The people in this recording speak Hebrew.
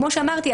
כמו שאמרתי,